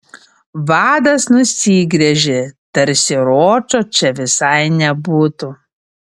vadas nusigręžė tarsi ročo čia visai nebūtų